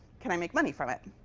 can i make money from it?